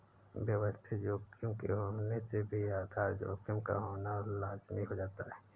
व्यवस्थित जोखिम के होने से भी आधार जोखिम का होना लाज़मी हो जाता है